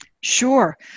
Sure